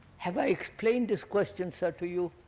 have i explained this question so to you,